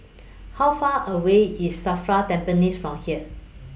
How Far away IS SAFRA Tampines from here